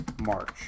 March